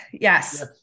yes